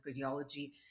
Cardiology